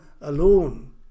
alone